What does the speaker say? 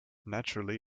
naturally